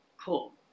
cool